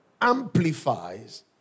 amplifies